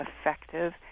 effective